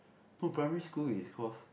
no primary school is cause